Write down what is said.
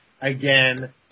again